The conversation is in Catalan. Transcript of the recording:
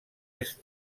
est